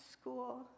school